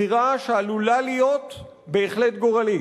בחירה שעלולה להיות בהחלט גורלית.